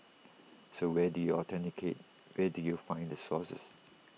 so where do you authenticate where do you find the sources